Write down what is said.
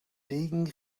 degen